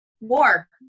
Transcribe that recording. War